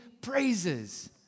praises